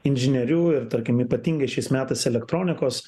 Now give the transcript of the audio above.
inžinierių ir tarkim ypatingai šiais metais elektronikos